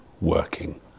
working